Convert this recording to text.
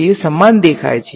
વિદ્યાર્થી સમાન દેખાય છે